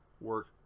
work